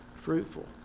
fruitful